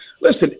listen